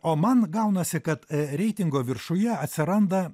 o man gaunasi kad reitingo viršuje atsiranda